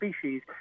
species